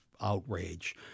outrage